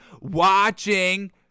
watching